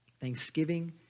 Thanksgiving